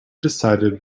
decided